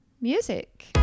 music